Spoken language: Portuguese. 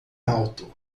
alto